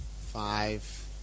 five